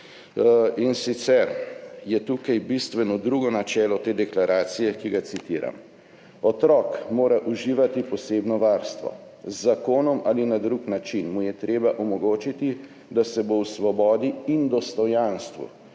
in sicer je tukaj bistveno drugo načelo te deklaracije, ki ga citiram: »Otrok mora uživati posebno varstvo. Z zakonom ali na drug način mu je treba omogočiti, da se bo v svobodi in dostojanstvu